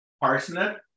parsnip